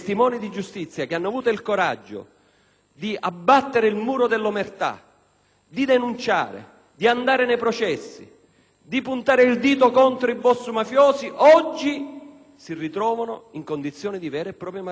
di abbattere il muro dell'omertà, di denunciare, di andare nei processi, di puntare il dito contro boss mafiosi oggi si ritrovano in condizioni di vera e propria emarginazione. C'è un emendamento